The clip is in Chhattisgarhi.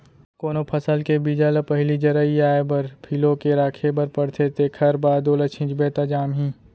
कोनो फसल के बीजा ल पहिली जरई आए बर फिलो के राखे बर परथे तेखर बाद ओला छिंचबे त जामही